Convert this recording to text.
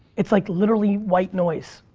it's like literally white noise.